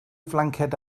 flanced